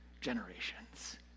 generations